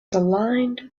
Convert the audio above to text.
aligned